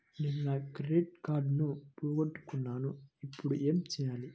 నేను నా క్రెడిట్ కార్డును పోగొట్టుకున్నాను ఇపుడు ఏం చేయాలి?